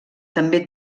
també